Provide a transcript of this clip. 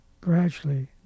gradually